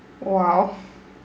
!wow!